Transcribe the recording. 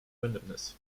randomness